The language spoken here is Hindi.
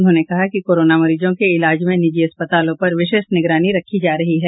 उन्होंने कहा कि कोरोना मरीजों के इलाज में निजी अस्पतालों पर विशेष निगरानी रखी जा रही है